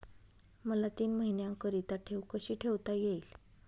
मला तीन महिन्याकरिता ठेव कशी ठेवता येईल?